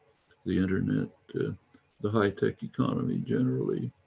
the internet, to the high tech economy generally.